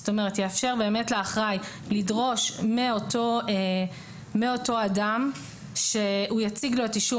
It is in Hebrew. יאפשר באמת לאחראי לדרוש מאותו אדם שהוא יציג לו את אישור